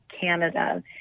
Canada